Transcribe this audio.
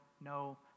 no